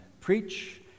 preach